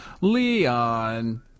Leon